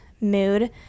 mood